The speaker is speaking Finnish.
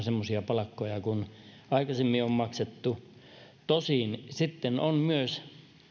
semmoisia palkkoja kuin aikaisemmin on maksettu tosin sitten on myös